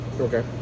Okay